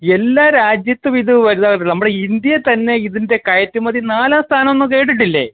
എല്ലാ രാജ്യത്തും ഇത് വരുന്നുണ്ട് നമ്മുടെ ഇന്ത്യയിൽ തന്നെ ഇതിൻ്റെ കയറ്റുമതി നാലാം സ്ഥാനമെന്ന് കേട്ടിട്ടില്ലേ